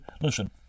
listen